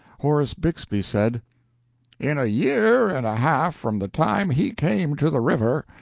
horace bixby said in a year and a half from the time he came to the river,